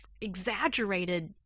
exaggerated